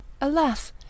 Alas